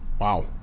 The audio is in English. Wow